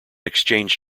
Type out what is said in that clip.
exchange